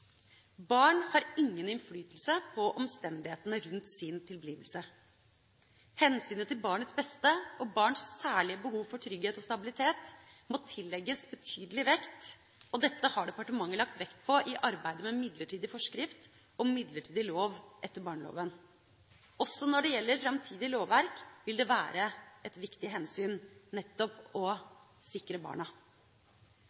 Barn har ingen innflytelse på omstendighetene rundt sin tilblivelse. Hensynet til barnets beste og barns særlige behov for trygghet og stabilitet må tillegges betydelig vekt. Dette har departementet lagt vekt på i arbeidet med midlertidig forskrift og midlertidig lov etter barneloven. Også når det gjelder framtidig lovverk, vil det være et viktig hensyn nettopp å